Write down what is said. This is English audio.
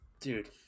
dude